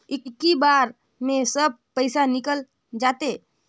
इक्की बार मे सब पइसा निकल जाते?